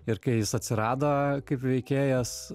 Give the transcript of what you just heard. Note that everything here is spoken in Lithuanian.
ir kai jis atsirado kaip veikėjas